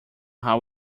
how